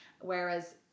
Whereas